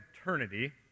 eternity